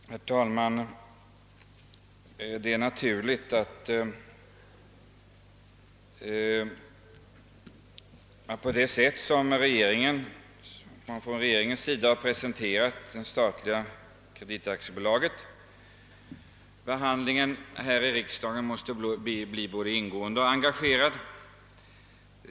Herr talman! Det är naturligt — med tanke på det sätt på vilket regeringen presenterat det statliga kreditaktiebolaget — att behandlingen här i riksdagen måste bli både ingående och engagerad.